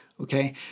okay